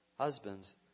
Husbands